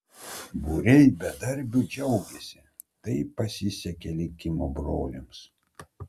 būriai bedarbių džiaugiasi tai pasisekė likimo broliams